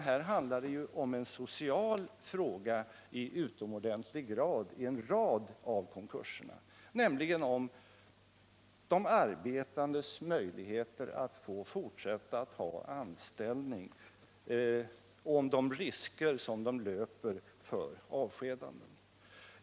Här handlar det ju vid många konkurser i utomordentligt hög grad om en social fråga, nämligen om de arbetandes möjligheter att få fortsätta att ha anställning och om de risker som de löper för avskedande.